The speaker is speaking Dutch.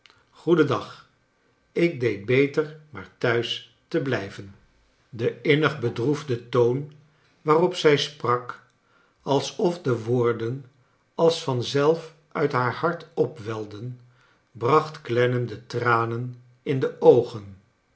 dag ik deed beter maar thuis te blijven de innig bedroefde toon waarop zij sprak als of de woorden als van zelf uit haar hart opwelden bracht clennam de tranen in de oogen